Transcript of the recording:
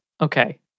Okay